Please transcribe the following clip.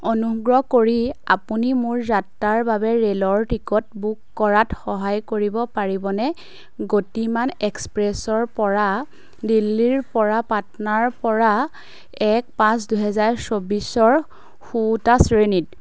অনুগ্ৰহ কৰি আপুনি মোৰ যাত্ৰাৰ বাবে ৰে'লৰ টিকট বুক কৰাত সহায় কৰিব পাৰিবনে গতিমান এক্সপ্ৰেছৰপৰা দিল্লীৰপৰা পাটনাৰপৰা এক পাঁচ দুহেজাৰ চৌবিছৰ শুওঁতা শ্ৰেণীত